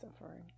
suffering